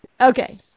Okay